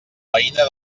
veïna